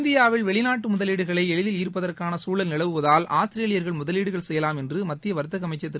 இந்தியாவில் வெளிநாட்டு முதலீடுகளை எளிதில் ஈர்ப்பதற்கான சூழல் நிலவுவதால் ஆஸ்திரேலியர்கள் முதலீடுகள் செய்யலாம் என்று மத்திய வர்த்தக அமைச்சர் திரு